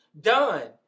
done